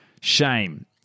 shame